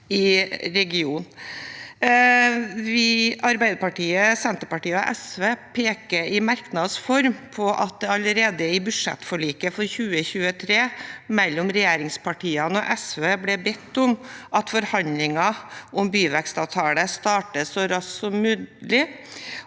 i regionen. Vi i Arbeiderpartiet, Senterpartiet og SV peker i merknadsform på at det allerede i budsjettforliket for 2023, mellom regjeringspartiene og SV, ble bedt om at forhandlinger om byvekstavtaler startet så raskt som mulig,